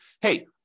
hey